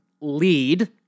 lead